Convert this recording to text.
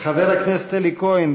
חבר הכנסת אלי כהן,